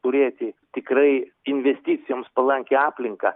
turėti tikrai investicijoms palankią aplinką